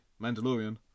Mandalorian